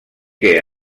que